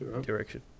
Direction